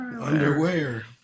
Underwear